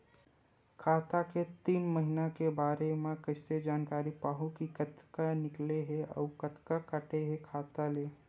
खाता के तीन महिना के बारे मा कइसे जानकारी पाहूं कि कतका निकले हे अउ कतका काटे हे खाता ले?